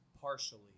partially